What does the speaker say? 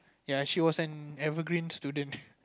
ya she was an evergreen student